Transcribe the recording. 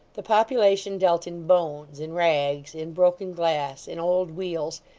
the population dealt in bones, in rags, in broken glass, in old wheels,